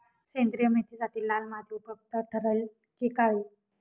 सेंद्रिय मेथीसाठी लाल माती उपयुक्त ठरेल कि काळी?